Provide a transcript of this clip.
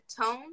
tone